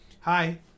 Hi